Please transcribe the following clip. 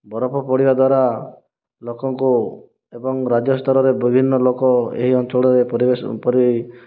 ବରଫ ପଡ଼ିବା ଦ୍ୱାରା ଲୋକଙ୍କୁ ଏବଂ ରାଜ୍ୟ ସ୍ତରରେ ବିଭିନ୍ନ ଲୋକ ଏହି ଅଞ୍ଚଳରେ ପରିବେଶ ପରି